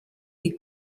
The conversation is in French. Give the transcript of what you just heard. des